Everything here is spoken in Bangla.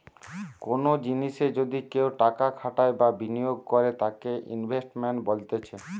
কোনো জিনিসে যদি কেও টাকা খাটাই বা বিনিয়োগ করে তাকে ইনভেস্টমেন্ট বলতিছে